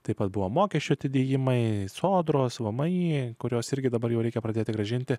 taip pat buvo mokesčių atidėjimai sodros vmi kurios irgi dabar jau reikia pradėti grąžinti